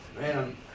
man